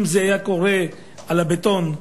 אם זה היה קורה על הבטון,